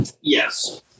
yes